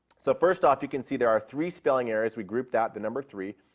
so, first off, you can see there are three spelling errors. we grouped that, the number three,